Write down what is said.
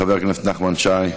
חבר הכנסת נחמן שי.